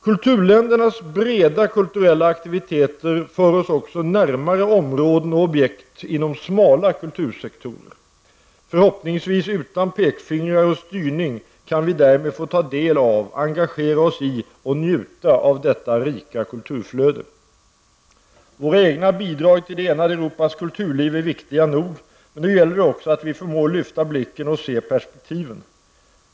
Kulturländernas breda kulturella aktiviteter för oss också närmare områden och objekt inom smala kultursektorer. Förhoppningsvis utan pekfingrar och styrning kan vi därmed få ta del av, engagera oss i och njuta av detta rika kulturflöde. Våra egna bidrag till det enade Europas kulturliv är viktiga nog, men då gäller det också att vi förmår lyfta blicken och se perspektiven.